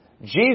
Jesus